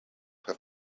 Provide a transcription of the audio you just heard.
have